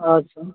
अच्छा